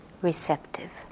receptive